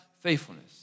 faithfulness